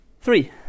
Three